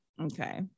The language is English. Okay